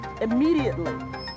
immediately